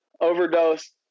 Overdose